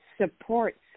supports